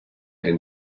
den